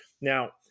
Now